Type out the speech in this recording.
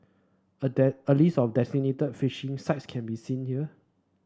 a die a list of designated fishing sites can be seen here